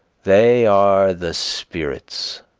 they are the spirits,